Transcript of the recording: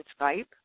Skype